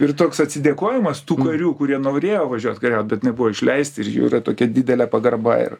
ir toks atsidėkojimas tų karių kurie norėjo važiuot kariaut bet nebuvo išleisti ir jų yra tokia didelė pagarba ir